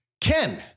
Ken